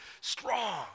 strong